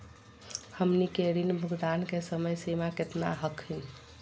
हमनी के ऋण भुगतान के समय सीमा केतना हखिन?